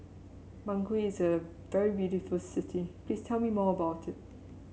Bangui is a very beautiful city please tell me more about it